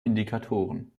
indikatoren